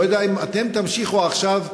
ולא יודע אם אתם תמשיכו עכשיו,